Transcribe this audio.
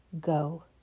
go